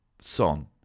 son